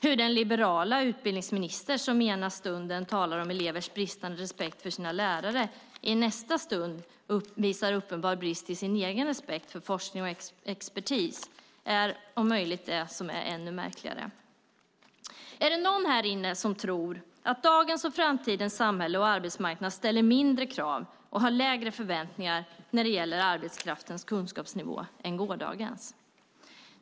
Hur den liberala utbildningsministern som ena stunden talar om elevers bristande respekt för sina lärare i nästa stund visar uppenbar brist på egen respekt för forskning och expertis är om möjligt ännu märkligare. Är det någon här inne som tror att dagens och framtidens samhälle och arbetsmarknad ställer mindre krav och har lägre förväntningar när det gäller arbetskraftens kunskapsnivå än gårdagens?